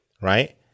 right